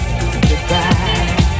goodbye